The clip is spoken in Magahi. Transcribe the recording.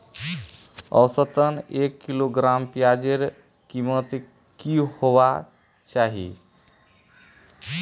औसतन एक किलोग्राम प्याजेर कीमत की होबे चही?